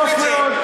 יפה מאוד.